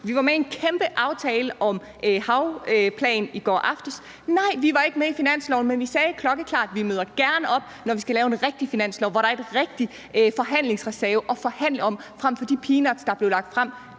vi var med i en kæmpe aftale om en havplan i går aftes. Nej, vi var ikke med i finansloven, men vi sagde klokkeklart, at vi gerne møder op, når vi skal lave en rigtig finanslov, hvor der er en rigtig forhandlingsreserve at forhandle om frem for de peanuts, der blev lagt frem,